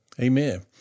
Amen